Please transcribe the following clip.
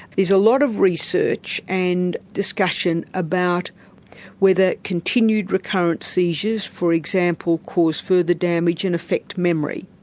there's a lot of research and discussion about whether continued recurrent seizures for example cause further damage and affect memory.